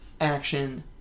action